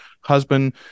husband